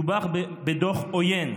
מדובר בדוח עוין,